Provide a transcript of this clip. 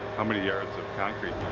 how many yards of concrete?